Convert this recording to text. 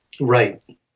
Right